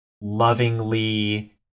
lovingly